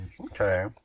Okay